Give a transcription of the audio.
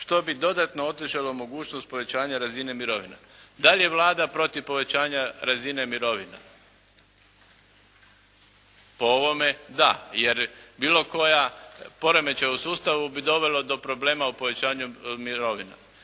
što bi dodatno otežalo mogućnost povećanja razine mirovina. Da li je Vlada protiv povećanja razine mirovine? Po ovome da, jer bilo koja, poremećaj u sustavu bi dovelo do problema o povećanju mirovina.